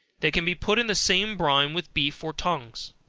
they can be put in the same brine with beef or tongues.